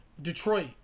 Detroit